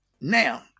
Now